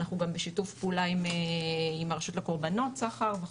אנחנו גם בשיתוף פעולה עם הרשות לקורבנות סחר וכו'